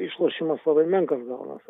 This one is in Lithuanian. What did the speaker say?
išlošimas labai menkas gaunasi